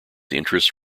interests